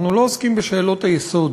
אנחנו לא עוסקים בשאלות היסוד